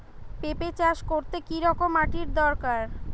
পেঁপে চাষ করতে কি রকম মাটির দরকার?